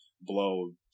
blow